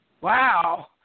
wow